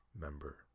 member